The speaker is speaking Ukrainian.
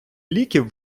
ліків